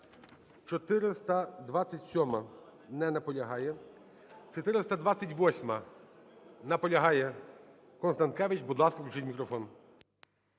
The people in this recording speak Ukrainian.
427-а. Не наполягає. 428-а. Наполягає Констанкевич. Будь ласка, включіть мікрофон.